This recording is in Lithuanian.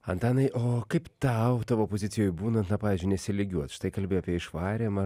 antanai o kaip tau tavo pozicijoj būnant na pavyzdžiui nesilygiuot štai kalbi apie išvarymą